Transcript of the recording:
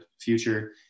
future